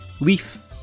Leaf